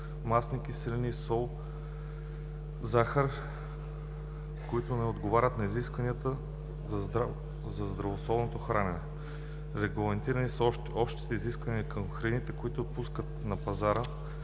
трансмастни киселини, сол и захар, които не отговарят на изискванията за здравословно хранене. Регламентирани са още: общите изисквания към храните, които се пускат на пазара;